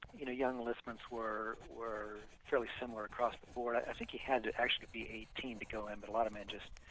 you know young enlistments were were fairly similar across the board. i think they had actually be eighteen to go in, but a lot of men just,